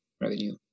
revenue